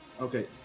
Okay